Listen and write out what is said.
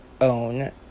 own